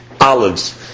olives